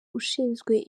ushinzwe